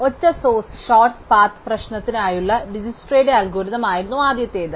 ഒറ്റ സോഴ്സ് ഷോർട്സ്ട് പാത്ത് പ്രശ്നത്തിനായുള്ള ഡിജ്ക്സ്ട്രയുടെ അൽഗോരിതം ആയിരുന്നു ആദ്യത്തേത്